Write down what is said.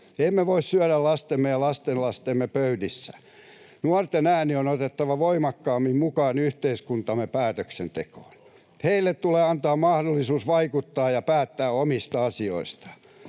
Emme voi syödä lastemme ja lastenlastemme pöydissä. Nuorten ääni on otettava voimakkaammin mukaan yhteiskuntamme päätöksentekoon. Heille tulee antaa mahdollisuus vaikuttaa ja päättää omista asioistaan.